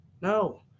no